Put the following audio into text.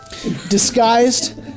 disguised